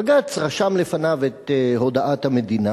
בג"ץ רשם לפניו את הודעת המדינה,